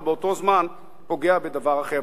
אבל באותו הזמן פוגע בדבר אחר.